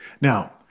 Now